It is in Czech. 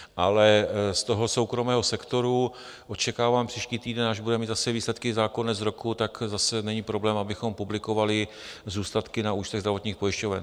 Ale z toho soukromého sektoru očekávám příští týden, až bude mít zase výsledky za konec roku, tak zase není problém, abychom publikovali zůstatky na účtech zdravotních pojišťoven.